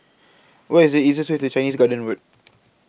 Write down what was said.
What IS The easiest Way to Chinese Garden Road